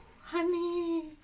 Honey